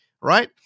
right